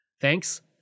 Thanks